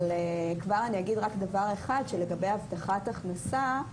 אבל כבר אני אגיד שלגבי הבטחת הכנסה,